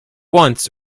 once